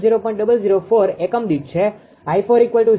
004 એકમ દીઠ છે અને 𝑖40